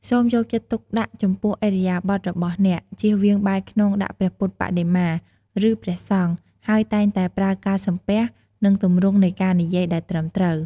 សូមយកចិត្តទុកដាក់ចំពោះឥរិយាបថរបស់អ្នក ជៀសវាងបែរខ្នងដាក់ព្រះពុទ្ធបដិមា ឬព្រះសង្ឃ ហើយតែងតែប្រើការសំពះ និងទម្រង់នៃការនិយាយដែលត្រឹមត្រូវ។